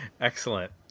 Excellent